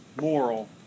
moral